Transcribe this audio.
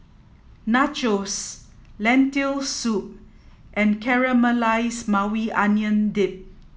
Nachos Lentil soup and Caramelized Maui Onion Dip